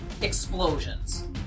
explosions